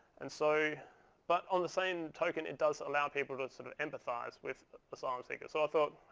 and so but on the same token, it does allow people to sort of empathize with asylum seekers. so i thought,